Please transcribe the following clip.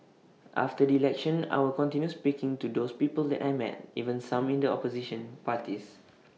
after the election I will continue speaking to these people that I met even some in the opposition parties